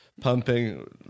pumping